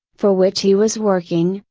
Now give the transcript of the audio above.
for which he was working,